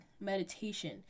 meditation